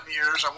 years